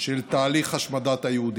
של תהליך השמדת היהודים.